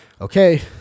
Okay